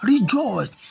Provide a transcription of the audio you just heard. rejoice